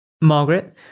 Margaret